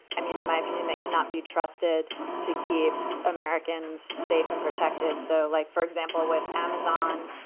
i mean, in my opinion, they cannot be trusted to keep americans safe and protected. so like, for example, with amazon,